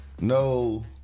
no